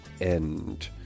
end